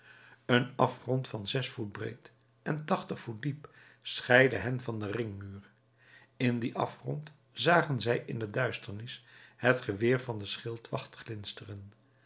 een afgrond van zes voet breed en tachtig voet diep scheidde hen van den ringmuur in dien afgrond zagen zij in de duisternis het geweer van den schildwacht glinsteren